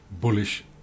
bullish